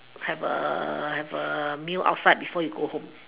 have a have a meal outside before you go home